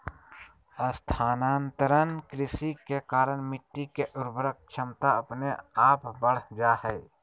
स्थानांतरण कृषि के कारण मिट्टी के उर्वरक क्षमता अपने आप बढ़ जा हय